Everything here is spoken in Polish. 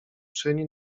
czyni